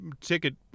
ticket